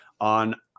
on